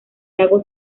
lago